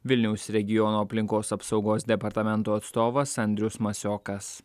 vilniaus regiono aplinkos apsaugos departamento atstovas andrius masiokas